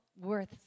worth